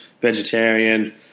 vegetarian